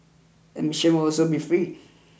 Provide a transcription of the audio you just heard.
admission will also be free